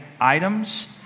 items